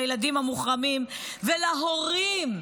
לילדים המוחרמים ולהורים,